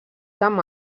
amb